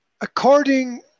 according